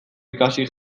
ikasi